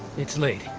it's late.